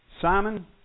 Simon